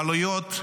והעלויות,